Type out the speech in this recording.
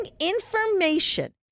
information